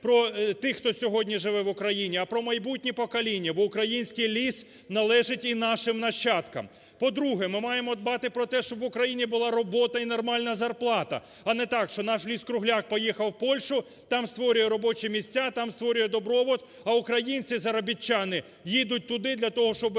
про тих, хто сьогодні живе в Україні, а про майбутні покоління, бо український ліс належить і нашим нащадкам. По-друге, ми маємо дбати про те, щоб в Україні була робота і нормальна зарплата. А не так, що наш ліс-кругляк поїхав в Польщу, там створює робочі місця, там створює добробут, а українці-заробітчани їдуть туди для того, щоби заробити